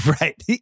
Right